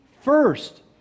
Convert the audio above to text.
first